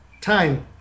time